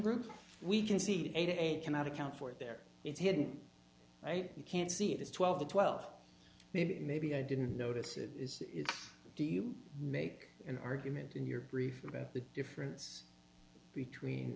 group we can see the age cannot account for it there it's hidden right you can see it is twelve the twelve maybe maybe i didn't notice it is do you make an argument in your grief about the difference between